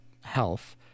health